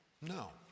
no